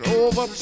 over